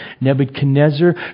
Nebuchadnezzar